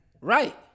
right